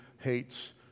hates